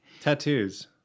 Tattoos